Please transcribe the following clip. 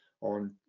on